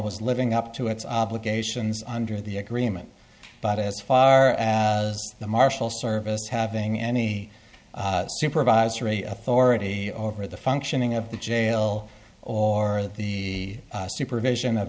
was living up to its obligations under the agreement but as far as the marshal service having any supervisory authority over the functioning of the jail or the supervision of